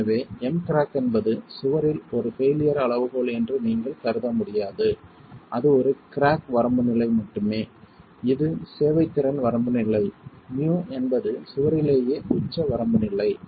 எனவே M crack என்பது சுவரில் ஒரு பெயிலியர் அளவுகோல் என்று நீங்கள் கருத முடியாது அது ஒரு கிராக் வரம்பு நிலை மட்டுமே இது சேவைத்திறன் வரம்பு நிலை Mu என்பது சுவரிலேயே உச்ச வரம்பு நிலை